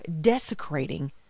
desecrating